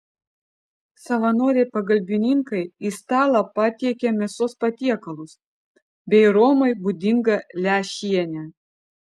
savanoriai pagalbininkai į stalą patiekia mėsos patiekalus bei romai būdingą lęšienę